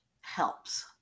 helps